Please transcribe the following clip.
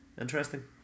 interesting